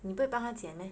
你不会帮他剑 meh